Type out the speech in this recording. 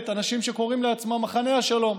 אנשים שקוראים לעצמם "מחנה השלום".